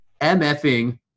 MFing